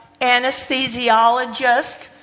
anesthesiologist